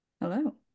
Hello